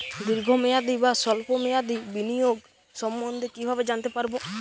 দীর্ঘ মেয়াদি বা স্বল্প মেয়াদি বিনিয়োগ সম্বন্ধে কীভাবে জানতে পারবো?